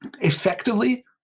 effectively